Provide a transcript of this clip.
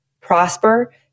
prosper